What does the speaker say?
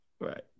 right